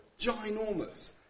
ginormous